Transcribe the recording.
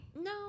No